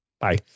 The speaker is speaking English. Bye